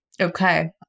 Okay